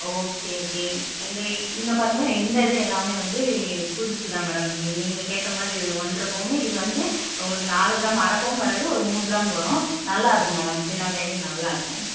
okay okay இந்த இங்கே பாருங்களேன் இந்த இது எல்லாமே வந்து புதுசு தான் மேடம் நீங்கள் கேட்ட மாதிரி இது ஒன்றரை பவுன் இது வந்து உங்களுக்கு நாலு கிராம் அரை பவுன் வராது ஒரு மூணு கிராம் வரும் நல்லா இருக்கும் மேடம் சின்ன பையனுக்கு நல்லா இருக்கும்